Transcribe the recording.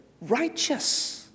righteous